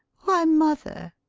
why, mother!